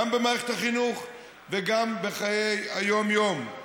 גם במערכת החינוך וגם בחיי היום-יום.